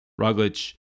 Roglic